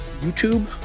YouTube